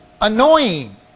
annoying